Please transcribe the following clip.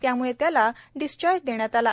त्यामुळे त्या रुग्णाला डिस्चार्ज देण्यात आला